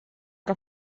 que